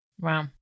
Wow